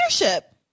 leadership